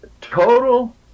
total